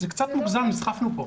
זה קצת מוגזם, נסחפנו פה,